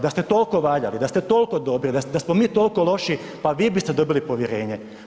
Da ste toliko valjali, da ste toliko dobri, da smo mi toliko loši, pa vi biste dobili povjerenje.